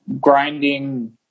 grinding